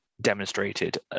Demonstrated